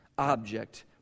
object